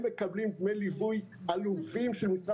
הם מקבלים דמי ליווי עלובים ממשרד